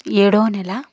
ఏడో నెల